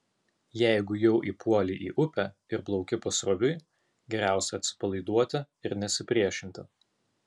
jeigu jau įpuolei į upę ir plauki pasroviui geriausia atsipalaiduoti ir nesipriešinti